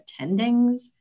attendings